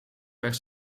per